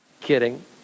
Kidding